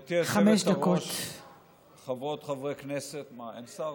גברתי היושבת-ראש, חברות וחברי הכנסת, מה, אין שר?